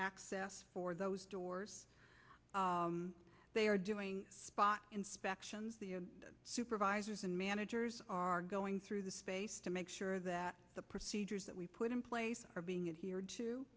access for those doors they are doing spot inspections the supervisors and managers are going through the space to make sure that the procedures that we put in place are being adhere